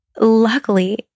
luckily